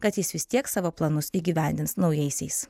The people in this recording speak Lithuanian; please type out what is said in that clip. kad jis vis tiek savo planus įgyvendins naujaisiais